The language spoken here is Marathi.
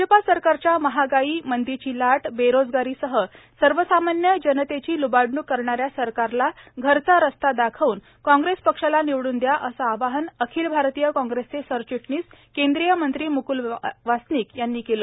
भाजपा सरकारच्या महागाई मंदीची लाट बेरोजगारीसह सर्वसामान्य जनतेची लूबाडणूक करणाऱ्या सरकारला घरचा रस्ता दाखवून काँग्रेस पक्षाला निवडुन दया असं आवाहन अखिल भारतीय काँग्रेसचे सरचिटणीस केंद्रीय मंत्री मुकुल वासनिक यांनी केले